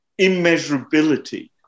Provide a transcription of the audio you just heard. immeasurability